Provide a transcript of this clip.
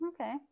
Okay